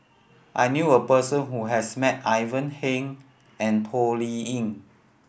I knew a person who has met Ivan Heng and Toh Liying